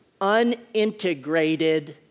unintegrated